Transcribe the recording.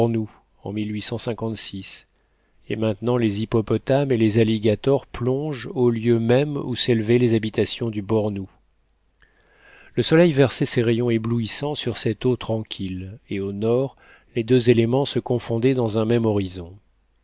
en et maintenant les hippopotames et les alligators plongent aux lieux mêmes où s'élevaient les habitations du bornou le soleil versait ses rayons éblouissants sur cette eau tranquille et au nord les deux éléments se confondaient dans un même horizon